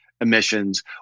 emissions